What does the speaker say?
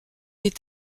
est